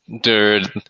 dude